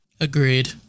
agreed